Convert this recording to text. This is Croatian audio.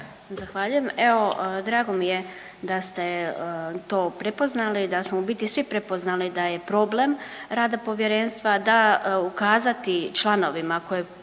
(SDP)** Evo, drago mi je da ste to prepoznali, da smo u biti svi prepoznali da je problem rada povjerenstva da ukazati članovima koje